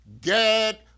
Get